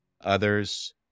Others